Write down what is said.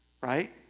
Right